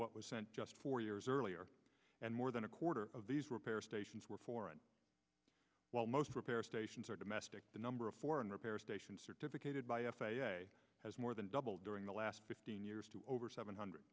what was sent just four years earlier and more than a quarter of these repair stations were foreign while most repair stations are domestic the number of foreign repair stations certificated by f a a has more than doubled during the last fifteen years to over seven hundred